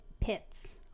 pits